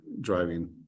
driving